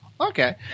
Okay